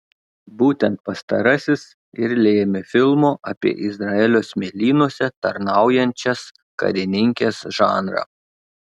būtent pastarasis ir lėmė filmo apie izraelio smėlynuose tarnaujančias karininkes žanrą